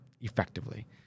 effectively